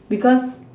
because